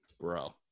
Bro